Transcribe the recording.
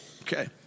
Okay